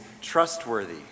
trustworthy